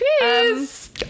Cheers